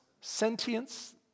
sentience